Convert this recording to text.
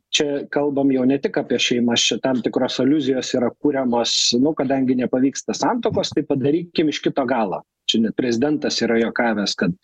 čia kalbam jau ne tik apie šeimas čia tam tikros aliuzijos yra kuriamos nu kadangi nepavyksta santuokos tai padarykim iš kito galo čia net prezidentas yra juokavęs kad